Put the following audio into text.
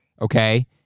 okay